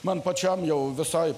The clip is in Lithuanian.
man pačiam jau visai